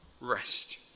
rest